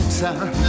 time